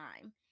time